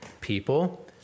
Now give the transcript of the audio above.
people